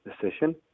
decision